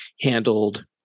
handled